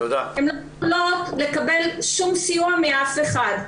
הן לא יכולות לקבל שום סיוע מאף אחד.